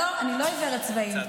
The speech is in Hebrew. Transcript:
אני לא עיוורת צבעים.